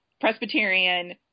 Presbyterian